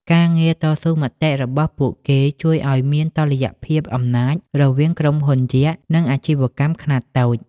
ការងារតស៊ូមតិរបស់ពួកគេជួយឱ្យមាន "តុល្យភាពអំណាច" រវាងក្រុមហ៊ុនយក្ស និងអាជីវកម្មខ្នាតតូច។